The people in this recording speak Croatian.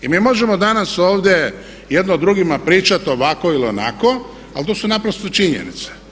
I mi možemo danas ovdje jedno drugima pričati ovako ili onako, ali to su naprosto činjenice.